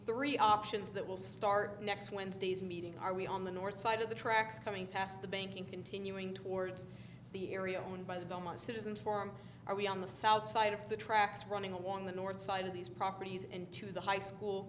three options that will start next wednesday's meeting are we on the north side of the tracks coming past the banking continuing towards the area owned by the most citizens form are we on the south side of the tracks running along the north side of these properties into the high school